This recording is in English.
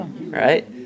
right